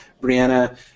Brianna